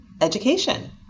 Education